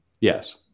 Yes